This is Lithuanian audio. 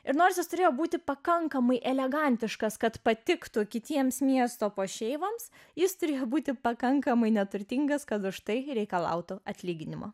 ir nors jis turėjo būti pakankamai elegantiškas kad patiktų kitiems miesto puošeivoms jis turėjo būti pakankamai neturtingas kad štai reikalautų atlyginimo